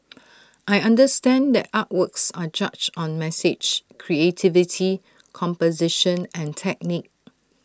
I understand that artworks are judged on message creativity composition and technique